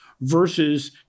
versus